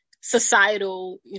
societal